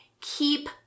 Keep